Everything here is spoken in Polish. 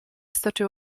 stoczył